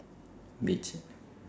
beige ah